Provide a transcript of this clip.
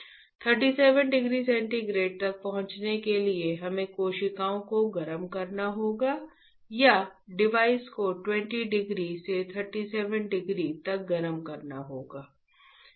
37 degree centigrade तक पहुंचने के लिए हमें कोशिकाओं को गर्म करना होगा या डिवाइस को 20 डिग्री से 37 डिग्री तक गर्म करना होगा